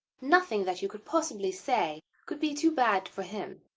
nothing that you could possibly say could be too bad for him.